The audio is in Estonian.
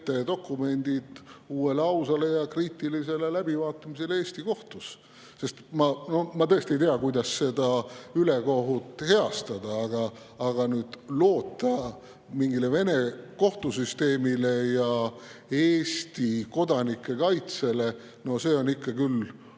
täitedokumendid uuele, ausale ja kriitilisele läbivaatamisele Eesti kohtus. Ma tõesti ei tea, kuidas seda ülekohut heastada, aga loota mingile Vene kohtusüsteemile ja Eesti kodanike kaitsele – no see on küll